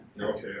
Okay